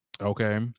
okay